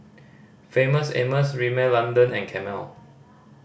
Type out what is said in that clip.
Famous Amos Rimmel London and Camel